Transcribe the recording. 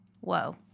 whoa